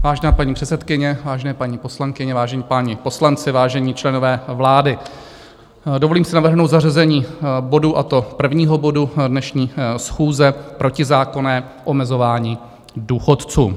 Vážená paní předsedkyně, vážené paní poslankyně, vážení páni poslanci, vážení členové vlády, dovolím si navrhnout zařazení bodu, a to prvního bodu dnešní schůze: Protizákonné omezování důchodců.